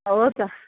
हो त